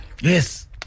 Yes